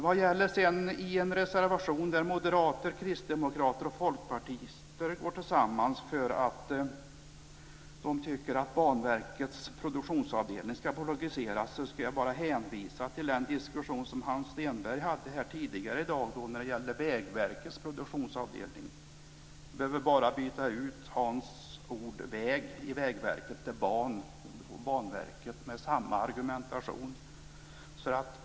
Vad det sedan gäller den reservation där moderater, kristdemokrater och folkpartister gått samman därför att de tycker att Banverkets produktionsavdelning ska bolagiseras ska jag bara hänvisa till den diskussion som Hans Stenberg hade tidigare i dag om Vägverkets produktionsavdelning. Det är bara att byta ordet "väg" i Vägverket till "ban" i Banverket med samma argumentation.